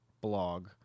blog